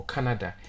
Canada